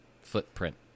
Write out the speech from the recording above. footprint